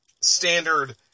standard